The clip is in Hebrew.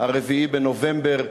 ה-4 בנובמבר",